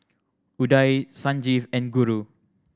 Udai Sanjeev and Guru